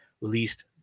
released